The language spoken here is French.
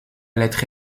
lettre